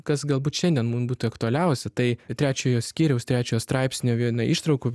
kas galbūt šiandien mum būtų aktualiausia tai trečiojo skyriaus trečiojo straipsnio viena ištraukų